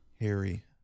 Harry